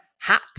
hot